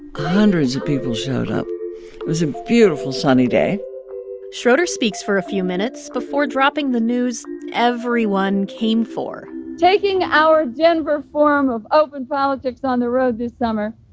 hundreds of people showed up. it was a beautiful, sunny day schroeder speaks for a few minutes before dropping the news everyone came for taking our denver form of open politics on the road this summer,